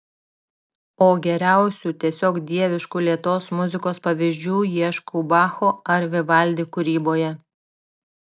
o geriausių tiesiog dieviškų lėtos muzikos pavyzdžių ieškau bacho ar vivaldi kūryboje